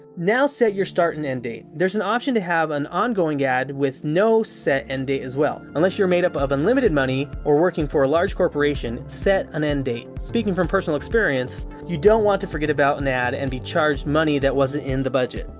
now set your start and end date. there's an option to have an ongoing ad with no set end date as well. unless you're made up of unlimited money or working for a large corporation, set an end date. speaking from personal experience, you don't want to forget about an ad and be charged money that wasn't in the budget.